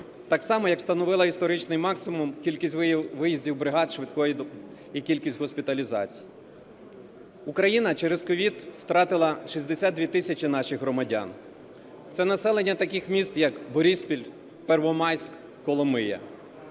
Так само, як встановила історичний максимум кількість виїздів бригад швидкої допомоги і кількість госпіталізацій. Україна через СOVID втратила 62 тисячі наших громадян. Це населення таких міст, як Бориспіль, Первомайськ, Коломия.